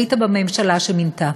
היית בממשלה שמינתה